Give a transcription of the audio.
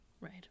Right